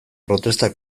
protesta